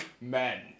men